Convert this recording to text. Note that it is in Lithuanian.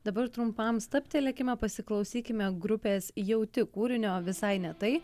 dabar trumpam stabtelėkime pasiklausykime grupės jauti kūrinio visai ne tai